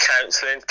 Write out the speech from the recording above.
Counselling